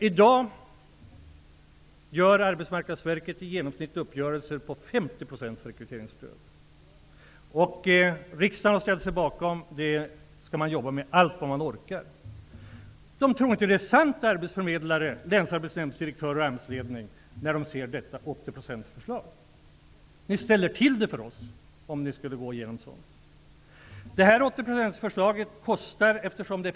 I dag gör Arbetsmarknadsverket uppgörelser i genomsnitt på 50 % rekryteringsstöd. Riksdagen har ställt sig bakom detta. Det skall man jobba allt man orkar med. Arbetsförmedlare, länsarbetsnämndsdirektörer och AMS-ledningen tror inte att det är sant när de ser ert förslag om 80 %. Ni ställer till det för oss, om förslaget skulle gå igenom.